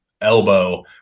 elbow